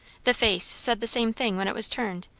the face said the same thing when it was turned,